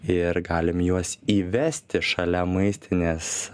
ir galim juos įvesti šalia maistinės